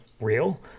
real